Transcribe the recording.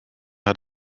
hat